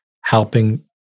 helping